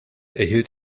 erhielt